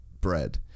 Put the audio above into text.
bread